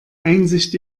einsicht